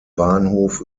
bahnhof